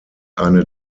eine